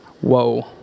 Whoa